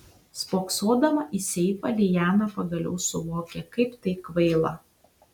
spoksodama į seifą liana pagaliau suvokė kaip tai kvaila